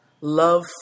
Love